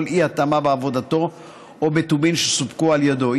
אי-התאמה בעבודתו או בטובין שסופקו על ידו.